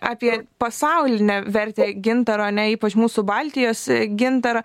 apie pasaulinę vertę gintaro ne ypač mūsų baltijos gintarą